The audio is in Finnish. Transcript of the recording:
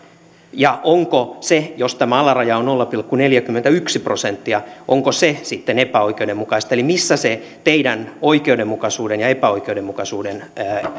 ja onko se jos tämä alaraja on nolla pilkku neljäkymmentäyksi prosenttia sitten epäoikeudenmukaista eli missä se teidän oikeudenmukaisuuden ja epäoikeudenmukaisuuden